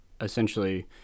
essentially